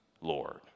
Lord